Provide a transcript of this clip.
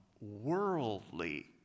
worldly